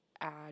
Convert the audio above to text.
add